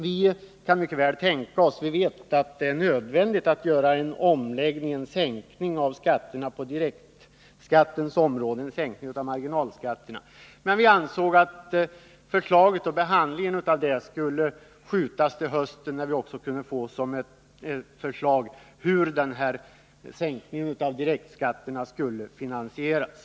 Vi vet att det är nödvändigt att göra en omläggning på direktskattens område så att marginalskatten sänks, men vi ansåg att förslaget och behandlingen av det skulle skjutas upp till hösten, när vi också kunde få ett förslag om hur sänkningen av direktskatterna skulle finansieras.